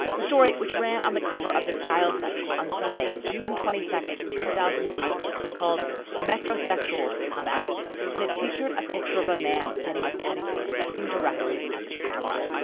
the story, which ran on the cover of the style section on sunday, june twenty second, two thousand and three, was called metro sexual has come out and it featured a picture of a man getting a pedicure, looking directly at the camera.